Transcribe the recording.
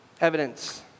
Evidence